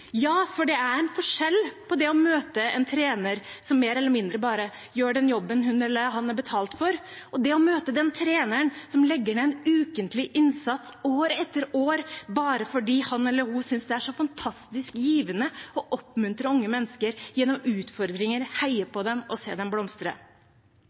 Ja, for det er en forskjell på å møte en trener som mer eller mindre bare gjør den jobben hun eller han er betalt for, og det å møte den treneren som legger ned en ukentlig innsats år etter år, bare fordi han eller hun synes det er så fantastisk givende å oppmuntre unge mennesker gjennom utfordringer,